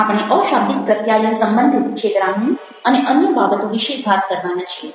આપણે અશાબ્દિક પ્રત્યાયન સંબંધિત છેતરામણી અને અન્ય બાબતો વિશે વાત કરવાના છીએ